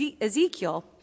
Ezekiel